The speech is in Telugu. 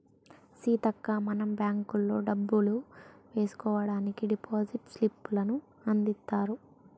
సీతక్క మనం బ్యాంకుల్లో డబ్బులు వేసుకోవడానికి డిపాజిట్ స్లిప్పులను అందిత్తారు